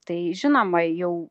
tai žinoma jau